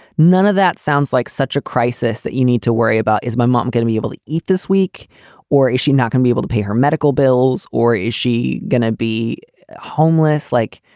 none of that sounds like such a crisis that you need to worry about is my mom going to be able to eat this week or is she not gonna be able to pay her medical bills or is she going to be homeless like.